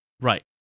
Right